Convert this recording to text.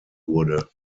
wurde